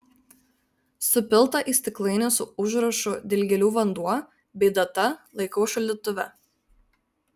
supiltą į stiklainį su užrašu dilgėlių vanduo bei data laikau šaldytuve